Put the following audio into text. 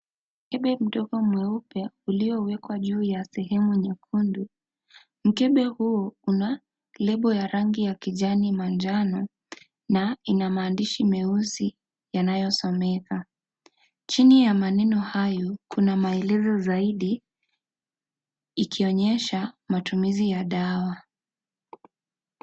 Mkebe mdogo mweupe uliwekwa juu ya sehemu nyekundu. Mkebe huu una lebo ya rangi ya kijani manjano na ina maandishi meusi yanayosomeka. Chini ya maneno hayo kuna maelezo zaidi ikionyesha matumizi ya dawa.